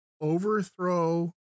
overthrow